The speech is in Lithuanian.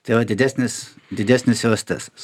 tai yra didesnis didesnis yra stresas